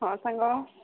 ହଁ ସାଙ୍ଗ